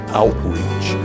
outreach